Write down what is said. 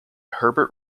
herbert